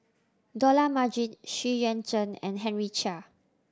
Dollah Majid Xu Yuan Zhen and Henry Chia